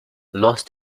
lost